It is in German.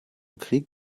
krieg